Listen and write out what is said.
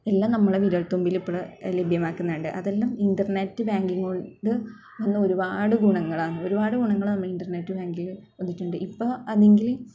എല്ലാം നമ്മുടെ വിരൽ തുമ്പിൽ ഇപ്പോൾ ലഭ്യമാക്കുന്നുണ്ട് അതെല്ലാം ഇൻ്റർനെറ്റ് ബാങ്കിങ്ങ് കൊണ്ട് ഇന്ന് ഒരുപാട് ഗുണങ്ങളാണ് ഒരുപാട് ഗുണങ്ങൾ നമ്മൾ ഇൻ്റർനെറ്റ് ബാങ്കിൽ വന്നിട്ടുണ്ട് ഇപ്പം ആണെങ്കിൽ